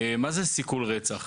מה זה סיכול רצח?